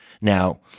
Now